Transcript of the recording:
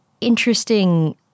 interesting